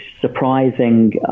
surprising